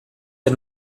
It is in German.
der